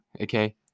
okay